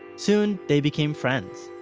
soon, they became friends.